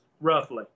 roughly